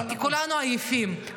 כולנו עייפים,